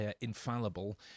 infallible